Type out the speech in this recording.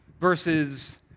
versus